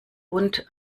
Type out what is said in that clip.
und